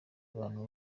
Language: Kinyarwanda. abantu